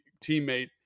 teammate